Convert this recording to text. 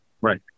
Right